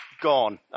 gone